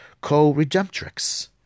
Co-Redemptrix